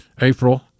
April